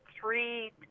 three